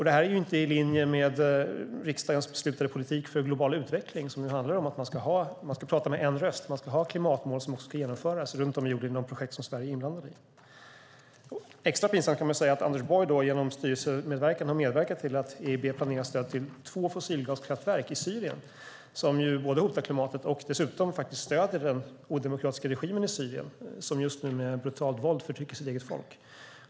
Det här är inte i linje med riksdagens beslutade politik för global utveckling som handlar om att man ska prata med en röst - man ska ha klimatmål som också ska genomföras runt om jorden i projekt som Sverige är inblandat i. Extra pinsamt är det att Anders Borg genom sin styrelsemedverkan har medverkat till att EIB planerar stöd till två fossilgaskraftverk i Syrien, vilket ju både hotar klimatet och faktiskt stöder den odemokratiska regimen i Syrien som just nu med brutalt våld förtrycker sitt eget folk.